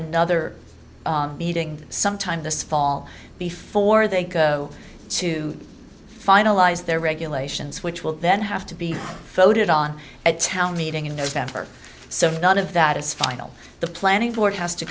another meeting sometime this fall before they go to finalize their regulations which will then have to be voted on at town meeting in november so none of that is final the planning board has to